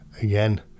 again